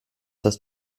hast